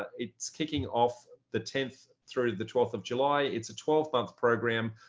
it's kicking off the tenth through the twelfth of july. it's a twelve month program.